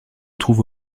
trouve